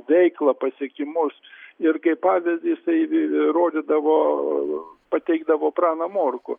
veiklą pasiekimus ir kaip pavyzdį jisai rodydavo pateikdavo praną morkų